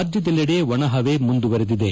ರಾಜ್ಟದೆಲ್ಲೆಡೆ ಒಣ ಹವೆ ಮುಂದುವರಿದಿದೆ